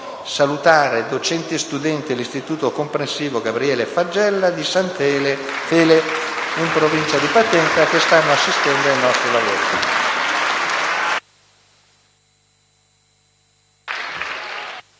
Saluto i docenti e gli studenti dell'Istituto comprensivo «Gabriele Faggella» di San Fele, in provincia di Potenza, che stanno assistendo ai nostri lavori.